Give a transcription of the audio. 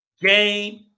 game